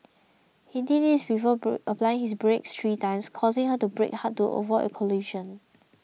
he did this before applying his brakes three times causing her to brake hard to avoid a collision